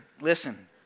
Listen